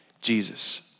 Jesus